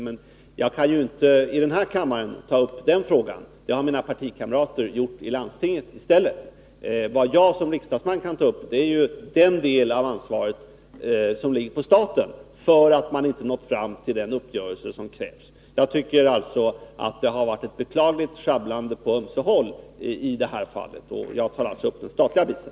Men jag kan inte i den här kammaren ta upp den frågan. Det har mina partikamrater gjort i landstinget i stället. Vad jag som riksdagsman kan ta upp är den del av ansvaret som ligger på staten. Jag tycker alltså att det har varit ett beklagligt sjabblande på ömse håll i det här fallet, och jag har tagit upp den statliga biten.